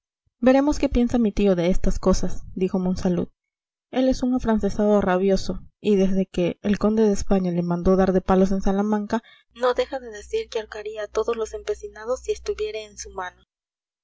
veremos qué piensa mi tío de estas cosas dijo monsalud él es un afrancesado rabioso y desde que el conde de españa le mandó dar de palos en salamanca no cesa de decir que ahorcaría a todos los empecinados si estuviere en su mano